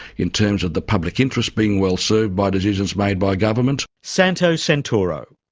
in terms of the public interest being well served by decisions made by government. santo santoro.